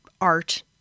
art